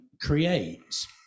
creates